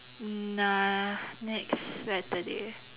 nah next Saturday